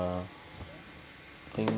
ya I think